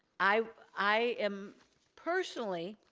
i i am personally,